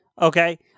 Okay